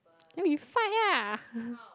then we fight ah